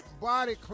Body